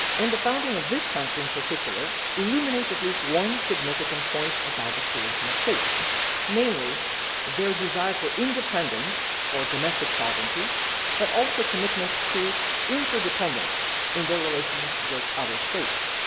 and the founding of this country in particular illuminates at least one significant point about the creation of states namely their desire for independence or domestic sovereignty but also commitment to interdependence in their relations with other states,